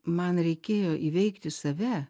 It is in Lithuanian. man reikėjo įveikti save